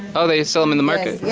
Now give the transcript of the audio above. oh, there you sell them in the market?